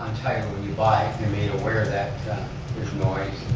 on title, you buy, you're made aware that there's noise